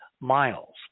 miles